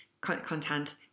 content